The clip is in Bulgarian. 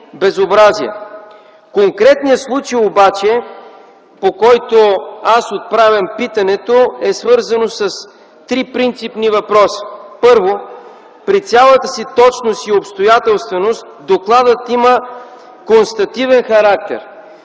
безобразия. Конкретният случай обаче, по който аз отправям питането, е свързан с три принципни въпроса. Първо, при цялата си точност и обстоятелственост докладът има констативен характер.